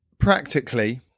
practically